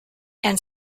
and